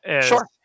Sure